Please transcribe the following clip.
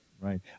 Right